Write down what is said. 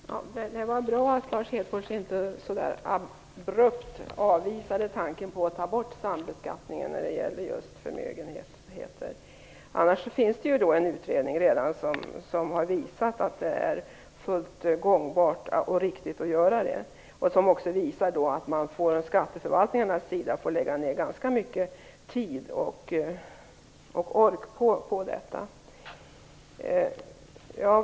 Fru talman! Det var bra att Lars Hedfors inte så där abrupt avvisade tanken på att ta bort sambeskattningen när det gäller just förmögenheter. Annars finns det redan en utredning som har visat att det är fullt gångbart och riktigt att göra det. Den visar också att man från skatteförvaltningarnas sida får lägga ner ganska mycket tid och ork på detta.